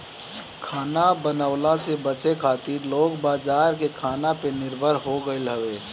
खाना बनवला से बचे खातिर लोग बाजार के खाना पे निर्भर हो गईल हवे